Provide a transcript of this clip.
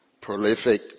prolific